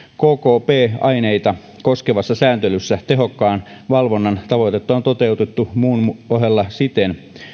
kkp aineita koskevassa sääntelyssä tehokkaan valvonnan tavoitetta on toteutettu muun ohella siten